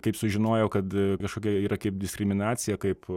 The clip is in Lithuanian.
kaip sužinojo kad kažkokia yra kaip diskriminacija kaip